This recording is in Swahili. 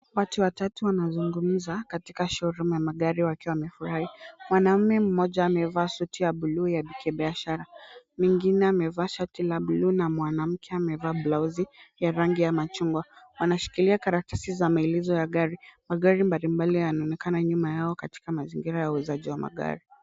Watu watatu wanazungumza katika showroom ya magari wakiwa wamefurahi. Mwanamume mmoja amevaa suti ya buluu ya kibiashara. Mwingine amevaa shati la buluu na mwanamke amevaa blaozi ya rangi ya machungwa. Wanashikilia karatasi za maelezo ya gari, magari mbalimbali yanaonekana nyuma yao katika mazingira ya uuzaji wa magari.